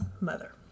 mother